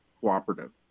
cooperative